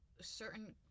Certain